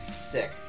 Sick